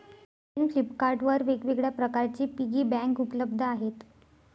online Flipkart वर वेगवेगळ्या प्रकारचे पिगी बँक उपलब्ध आहेत